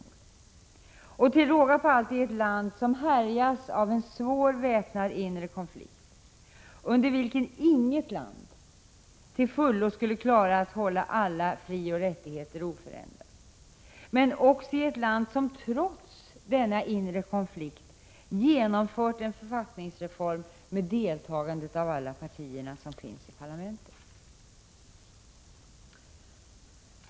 Det gör de till råga på allt i ett land som härjas av en svår väpnad inre konflikt, under vilken inget land till fullo skulle klara att hålla alla frioch rättigheter oförändrade. Detta gör centern och folkpartiet i ett land som trots denna inre konflikt genomfört en författningsreform med deltagande av alla partier i parlamentet.